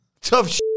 tough